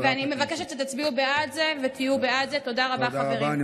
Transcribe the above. תודה רבה, חברת הכנסת.